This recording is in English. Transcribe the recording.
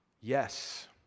yes